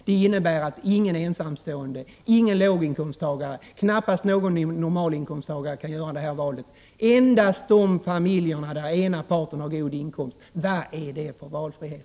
Det innebär att ingen ensamstående, ingen låginkomsttagare, knappast någon normalinkomsttagare kan göra detta val — endast de familjer där ena parten har god inkomst. Vad är det för valfrihet?